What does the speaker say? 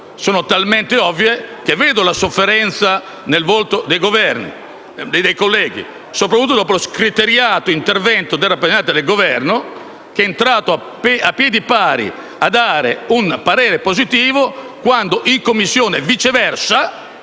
sono talmente ovvie che vedo la sofferenza nel volto dei colleghi, soprattutto dopo lo scriteriato intervento della rappresentante del Governo, che è entrata a piedi pari a dare un parere favorevole quando in Commissione, viceversa,